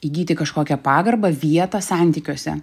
įgyti kažkokią pagarbą vietą santykiuose